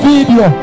Video